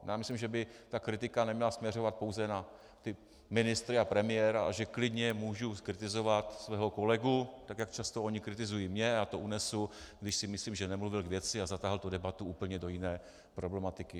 Já myslím, že by kritika neměla směřovat pouze na ministry a premiéra a že klidně můžu zkritizovat svého kolegu, tak jak často oni kritizují mě, já to unesu, když si myslím, že nemluvil k věci a zatáhl debatu úplně do jiné problematiky.